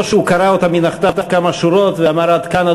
הוא לא קרא מן הכתב כמה שורות ואמר: עד כאן,